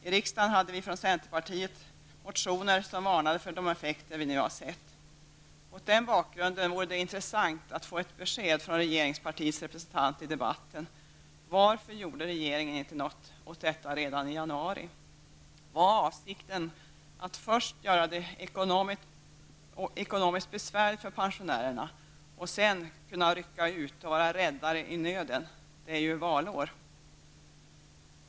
I riksdagen hade vi från centerpartiet motioner, där det varnades för de effekter som vi nu har sett. Mot denna bakgrund vore det intressant att få ett besked från regeringspartiets representant i debatten. Varför gjorde regeringen inte något åt detta redan i januari? Var avsikten att först göra det ekonomiskt besvärligt för pensionärerna för att sedan kunna rycka ut och vara räddare i nöden? Det är ju valår.